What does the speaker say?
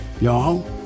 y'all